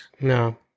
No